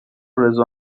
رضا